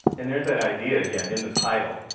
and there's that idea again, in the title,